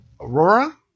Aurora